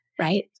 right